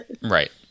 Right